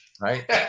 right